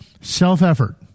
self-effort